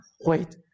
wait